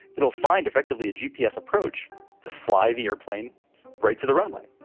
it will find effectively a g p s. approach to fly the airplane right to the runway.